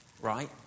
Right